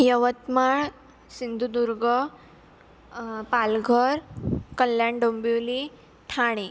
Yavatmal Sindhudurg Palghar Kalyan Dombivli Thane